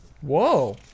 whoa